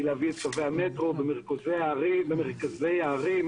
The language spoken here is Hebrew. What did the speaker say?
היא להביא את קווי המטרו למרכזי הערים,